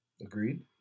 Agreed